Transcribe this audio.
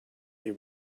they